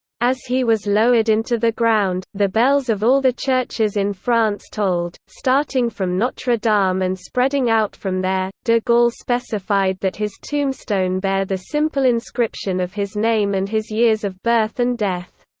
as he was lowered into the ground, the bells of all the churches in france tolled, starting from notre dame um and spreading out from there de gaulle specified that his tombstone bear the simple inscription of his name and his years of birth and death.